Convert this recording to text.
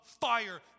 fire